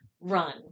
run